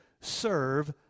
serve